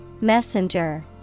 Messenger